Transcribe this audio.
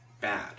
bad